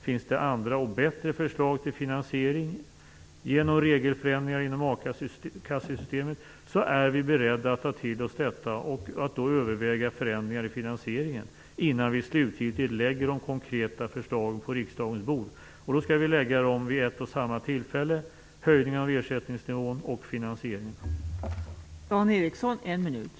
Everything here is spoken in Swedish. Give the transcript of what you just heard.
Finns det andra och bättre förslag till finansiering genom regelförändringar inom a-kassesystemet är vi beredda att ta till oss detta och att överväga förändringar i finansieringen innan vi slutgiltigt lägger fram de konkreta förslagen på riksdagens bord. Vi skall lägga fram förslagen om höjningen av ersättningsnivån och finansieringen vid ett och samma tillfälle.